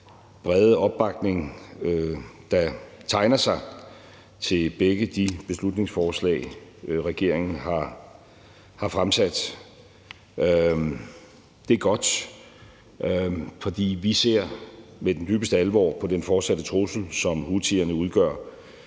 brede opbakning, der tegner sig, til begge de beslutningsforslag, regeringen har fremsat. Det er godt, for vi ser med den dybeste alvor på den fortsatte trussel, som houthierne udgør